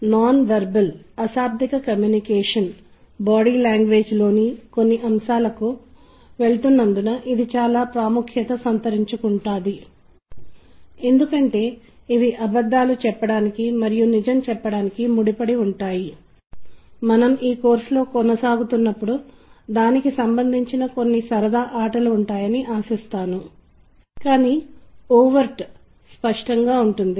నేను మీకు చెప్పిన విషయాలు శబ్దాలు మరియు రంగులు గురించి సమాచారాన్ని అందిస్తుంది మరియు ఇది మాత్రమే కాకుండా శబ్దాలు మరియు రంగులు కూడా చాలా దగ్గరి సంబంధం కలిగి ఉంటాయి మనం సంగీతం గురించి మాట్లాడేటప్పుడు సంగీతం చిత్రాలకు సంబంధించిన రంగులకు సంబంధించిన అనేక రకాల అనుబంధాలను కలిగి ఉంటుంది